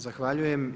Zahvaljujem.